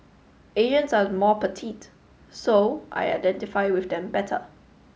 Asians are more petite so I identify with them better